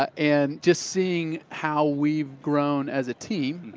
ah and just seeing how we've grown as a team